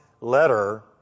letter